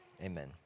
Amen